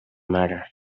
matter